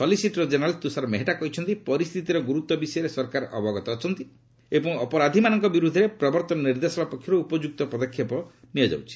solicitor general Tushar Mehta କହିଛନ୍ତି ପରିସ୍ଥିତିର ଗୁରୁତ୍ୱ ବିଷୟରେ ସରକାର ଅବଗତ ଅଛନ୍ତି ଏବଂ ଅପରାଧୀମାନଙ୍କ ବିରୁଦ୍ଧରେ ପ୍ରବର୍ତ୍ତନ ନିର୍ଦ୍ଦେଶାଳୟ ପକ୍ଷରୁ ଉପଯୁକ୍ତ ପଦକ୍ଷେପ ନିଆଯାଉଛି